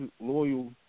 loyal